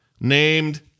named